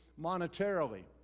monetarily